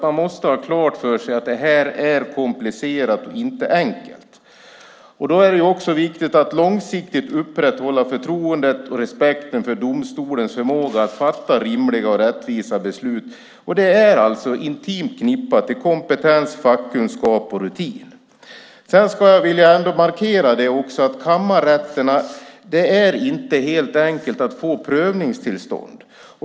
Man måste ha klart för sig att detta är komplicerat, att det inte är enkelt. Då är det också viktigt att långsiktigt upprätthålla förtroendet och respekten för domstolens förmåga att fatta rimliga och rättvisa beslut. Detta är alltså intimt förknippat med kompetens, fackkunskap och rutin. Jag vill också markera att det beträffande kammarrätten inte är alldeles enkelt att få prövningstillstånd.